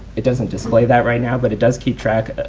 it doesn't display that right now, but it does keep track,